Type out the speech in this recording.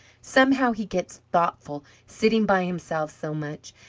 somehow he gets thoughtful, sitting by himself so much,